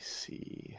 see